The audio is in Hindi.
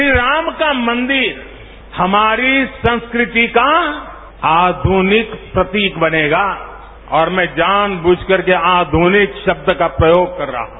श्री राम का मंदिरहमारी संस्कृति का आधुनिक प्रतीक बनेगा और मैंजानबूझ कर के आधुनिक शब्द का प्रयोग कर रहा हूं